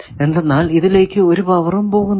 എന്തെന്നാൽ ഇതിലേയ്ക്ക് ഒരു പവറും പോകുന്നില്ല